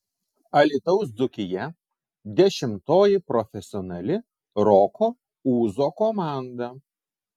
alytaus dzūkija dešimtoji profesionali roko ūzo komanda